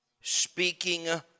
Speaking